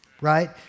right